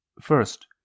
First